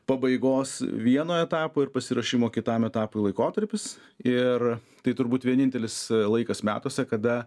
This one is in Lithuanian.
pabaigos vieno etapo ir pasiruošimo kitam etapui laikotarpis ir tai turbūt vienintelis laikas metuose kada